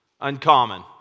uncommon